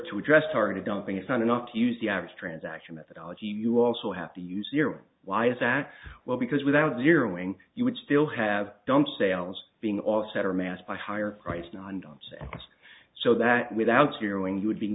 to address targeted dumping it's not enough to use the average transaction methodology you also have to use your why is that well because without zeroing you would still have done sales being offset or matched by higher price non dance s so that without zeroing you would be